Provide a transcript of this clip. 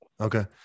Okay